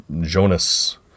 Jonas